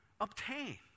obtain